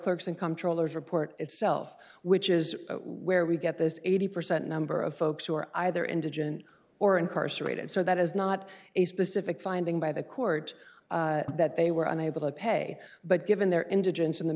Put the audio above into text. clerks and comptroller's report itself which is where we get this eighty percent number of folks who are either indigent or incarcerated so that is not a specific finding by the court that they were unable to pay but given their ind